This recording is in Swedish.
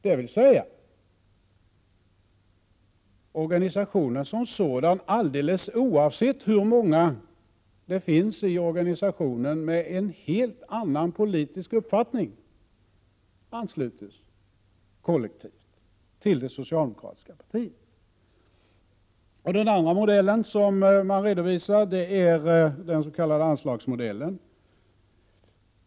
Det innebär att organisationen som sådan — helt oavsett hur många det finns i organisationen med en helt annan politisk uppfattning — ansluts kollektivt till det socialdemokratiska partiet. Den andra modell som redovisas är den s.k. anslagsmodellen.